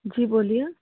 जी बोलिए